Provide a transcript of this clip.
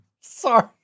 Sorry